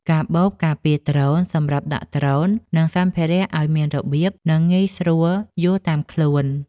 កាបូបការពារដ្រូន សម្រាប់ដាក់ដ្រូន និងសម្ភារៈឱ្យមានរបៀប និងងាយស្រួលយួរតាមខ្លួន។